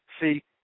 See